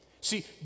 See